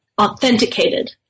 authenticated